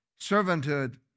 Servanthood